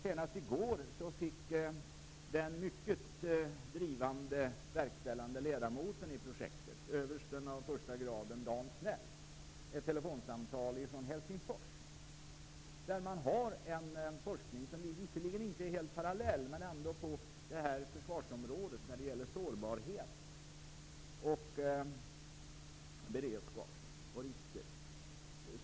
Senast i går fick den mycket drivande verkställande ledamoten i projektet, översten av första graden Dan Snell, ett telefonsamtal från Man har där en forskning som visserligen inte är helt parallell, men ändå på försvarsområdet, som gäller sårbarhet, beredskap och risker.